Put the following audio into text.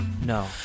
No